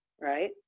right